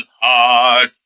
heart